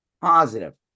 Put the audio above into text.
positive